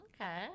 Okay